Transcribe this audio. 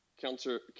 counter